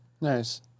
Nice